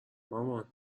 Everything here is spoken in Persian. مامان